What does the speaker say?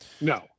No